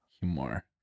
Humor